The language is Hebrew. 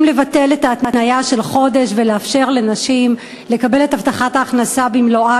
לבטל את ההתניה של חודש ולאפשר לנשים לקבל את הבטחת ההכנסה במלואה,